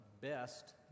best